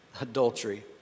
adultery